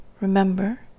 Remember